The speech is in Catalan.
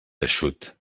eixut